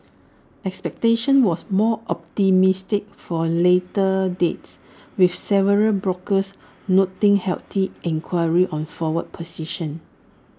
expectation was more optimistic for later dates with several brokers noting healthy enquiry on forward positions